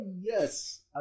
yes